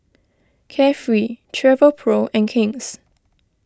Carefree Travelpro and King's